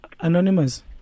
anonymous